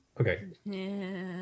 Okay